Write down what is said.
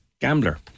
gambler